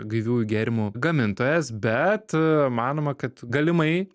gaiviųjų gėrimų gamintojas bet manoma kad galimai